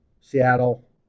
Seattle